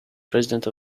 president